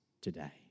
today